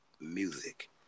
music